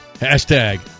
Hashtag